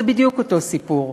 זה בדיוק אותו סיפור.